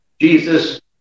Jesus